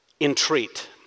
Entreat